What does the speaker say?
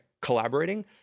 collaborating